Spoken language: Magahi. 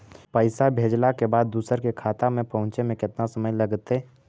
पैसा भेजला के बाद दुसर के खाता में पहुँचे में केतना समय लगतइ?